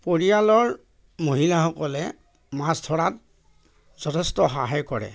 পৰিয়ালৰ মহিলাসকলে মাছ ধৰাত যথেষ্ট সহায় কৰে